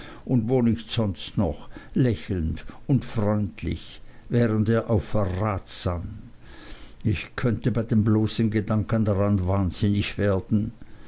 und wo nicht sonst noch lächelnd und freundlich während er auf verrat sann ich könnte bei dem bloßen gedanken daran wahnsinnig werden